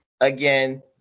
again